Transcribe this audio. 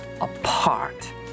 apart